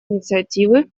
инициативы